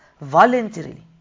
voluntarily